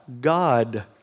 God